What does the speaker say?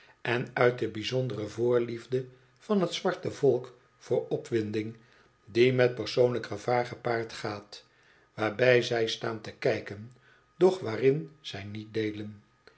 en uit de bijzondere voorliefde van t zwarte volk voor opwinding die met persoonlijk gevaar gepaard gaat waarbij zij staan te kijken doch waarin zij niet deelen